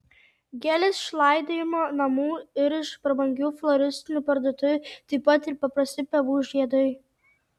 gėlės iš laidojimo namų ir iš prabangių floristinių parduotuvių taip pat ir paprasti pievų žiedai